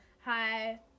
Hi